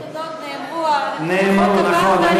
נאמרו התודות, נאמרו, נכון.